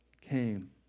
came